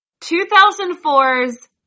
2004's